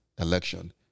election